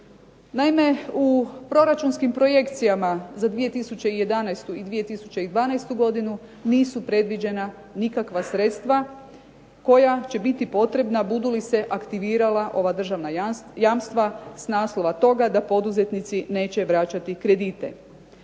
Naime, u proračunskim projekcijama za 2011. i 2012. godinu nisu predviđena nikakva sredstva koja će biti potrebna budu li se aktivirala ova državna jamstva s naslova toga da poduzetnici neće vraćati kredite.